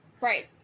Right